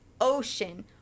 ocean